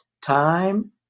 time